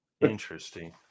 interesting